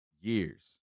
years